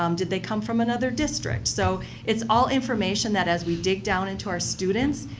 um did they come from another district? so it's all information that as we dig down into our students,